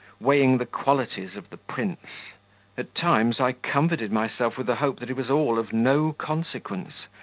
weighing the qualities of the prince at times i comforted myself with the hope that it was all of no consequence,